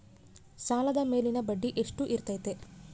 ಸಾಲದ ಮೇಲಿನ ಬಡ್ಡಿ ಎಷ್ಟು ಇರ್ತೈತೆ?